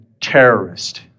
terrorist